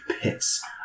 pits